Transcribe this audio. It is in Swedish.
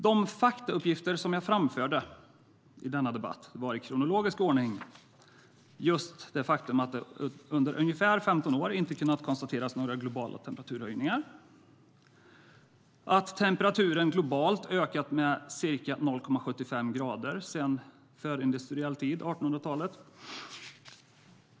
De faktauppgifter som jag framförde var i denna debatt var, i kronologisk ordning, dessa: Att det under ungefär 15 år inte kunnat konstateras några globala temperaturhöjningar. Att temperaturen globalt ökat med ca 0,75 grader sedan förindustriell tid på 1800-talet.